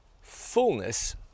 Fullness